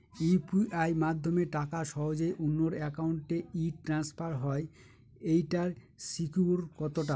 UPI মাধ্যমে টাকা সহজেই অন্যের অ্যাকাউন্ট ই ট্রান্সফার হয় এইটার সিকিউর কত টা?